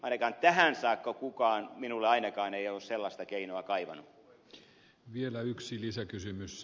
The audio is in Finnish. ainakaan tähän saakka kukaan minulle ainakaan ei sellaista keinoa ole kaivanut